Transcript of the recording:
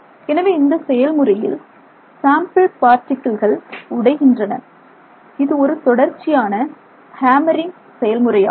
எனவே இந்த செயல்முறையில் சாம்பிள் பார்ட்டிகிள்கள் உடைகின்றன இது ஒரு தொடர்ச்சியான ஹேமரிங் செயல்முறையாகும்